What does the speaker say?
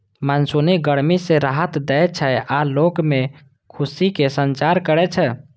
monsoon गर्मी सं राहत दै छै आ लोग मे खुशीक संचार करै छै